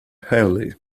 henley